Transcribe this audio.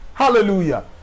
hallelujah